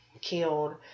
killed